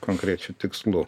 konkrečiu tikslu